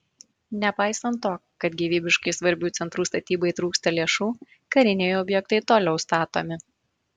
nepaisant to kad gyvybiškai svarbių centrų statybai trūksta lėšų kariniai objektai toliau statomi